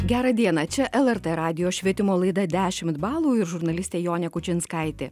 gerą dieną čia lrt radijo švietimo laida dešimt balų ir žurnalistė jonė kučinskaitė